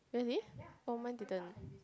really oh mine didn't